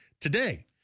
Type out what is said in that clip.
today